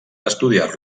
estudiar